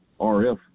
RF